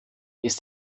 ist